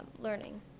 learning